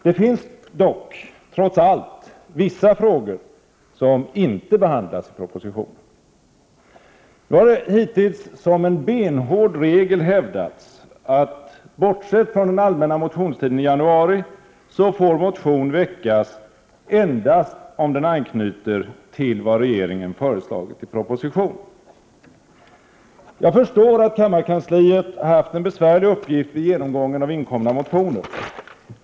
Det finns dock trots allt vissa frågor som inte behandlas i propositionen. Det har hittills som benhård regel hävdats att — bortsett från den allmänna motionstiden i januari — motion får väckas endast om den anknyter till vad regeringen föreslagit i proposition. Jag förstår att kammarkansliet haft en besvärlig uppgift vid genomgången av inkomna motioner.